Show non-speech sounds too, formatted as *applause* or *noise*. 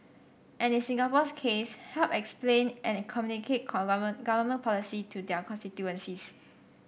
and in Singapore's case help explain and communicate *unintelligible* government policy to their constituencies